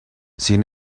sin